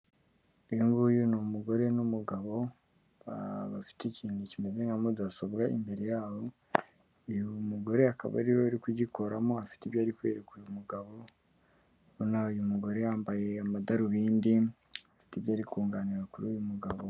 Uyu nguyu ni umugore n'umugabo bafite ikintu kimeze nka mudasobwa imbere yabo, uyu mugore akaba ariwe uri kugikoramo afite ibyo ari kwereka uyu mugabo, urabona ko uyu mugore yambaye amadarubindi afite ibyo ari kunganira kuri uyu mugabo.